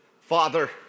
Father